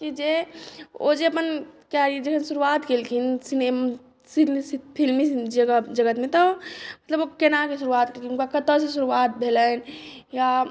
की जे ओ जे अपन कैरियर जखन शुरुआत केलखिन सिने सिनेमा फिल्मी जग जगतमे तऽ मतलब ओ केनाके शुरुआत केलखिन हुनका कतयसँ शुरुआत भेलैन्ह या